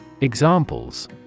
Examples